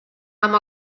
amb